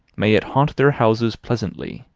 may it haunt their houses pleasantly,